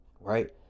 Right